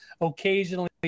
occasionally